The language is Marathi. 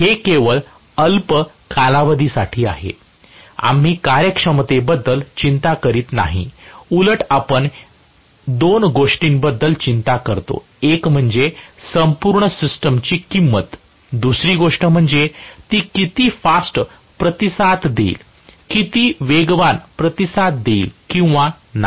हे केवळ अल्प कालावधीसाठी आहे आम्ही कार्यक्षमतेबद्दल चिंता करीत नाही उलट आपण 2 गोष्टींबद्दल चिंता करतो एक म्हणजे संपूर्ण सिस्टमची किंमत दुसरी गोष्ट म्हणजे ती किती फास्ट प्रतिसाद देईल किती वेगवान प्रतिसाद देईल किंवा नाही